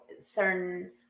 certain